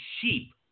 sheep